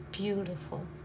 Beautiful